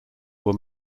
were